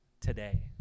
today